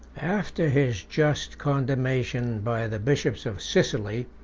after his just condemnation by the bishops of sicily,